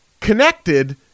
connected